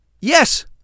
yes